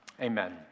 Amen